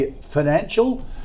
Financial